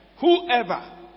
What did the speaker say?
Whoever